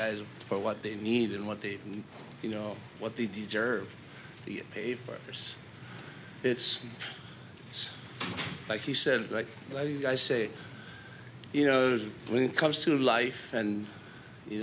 guys what they need and what the you know what they deserve the pay for years it's like he said like i say you know when it comes to life and you